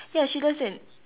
ya she doesn't